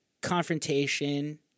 confrontation